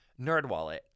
NerdWallet